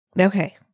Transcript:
Okay